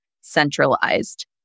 centralized